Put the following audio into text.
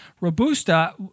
Robusta –